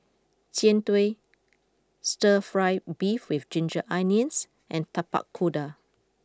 Jian Dui Stir Fry Beef with Ginger Onions and Tapak Kuda